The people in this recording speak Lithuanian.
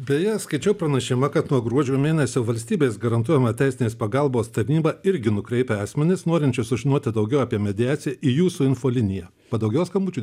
beje skaičiau pranašimą kad nuo gruodžio mėnesio valstybės garantuojama teisinės pagalbos tarnyba irgi nukreipia asmenis norinčius sužinoti daugiau apie mediaciją į jūsų infoliniją padaugėjo skambučių